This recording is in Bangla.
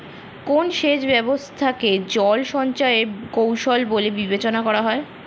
কোন সেচ ব্যবস্থা কে জল সঞ্চয় এর কৌশল বলে বিবেচনা করা হয়?